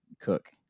cook